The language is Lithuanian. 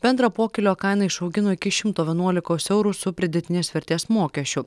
bendrą pokylio kainą išaugino iki šimto vienuolikos eurų su pridėtinės vertės mokesčiu